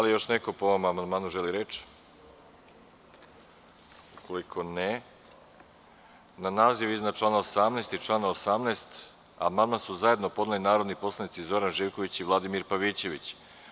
Da li još neko po ovom amandmanu želi reč? (ne) Na naziv iznad člana 18. i član 18. amandman su zajedno podneli narodni poslanici Zoran Živković i Vladimir Pavićević.